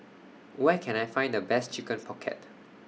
Where Can I Find The Best Chicken Pocket